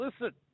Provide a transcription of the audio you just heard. listen